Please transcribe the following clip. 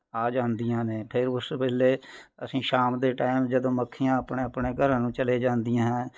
ਆ ਜਾਂਦੀਆਂ ਨੇ ਫਿਰ ਉਸ ਵੇਲੇ ਅਸੀਂ ਸ਼ਾਮ ਦੇ ਟਾਇਮ ਜਦੋਂ ਮੱਖੀਆਂ ਆਪਣੇ ਆਪਣੇ ਘਰਾਂ ਨੂੰ ਚਲੇ ਜਾਂਦੀਆਂ ਹੈ